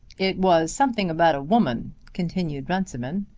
it was something about a woman, continued runciman.